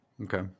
Okay